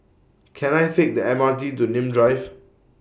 Can I Take The M R T to Nim Drive